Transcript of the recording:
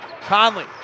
Conley